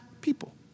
people